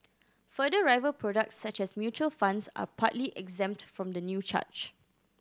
further rival products such as mutual funds are partly exempt from the new charge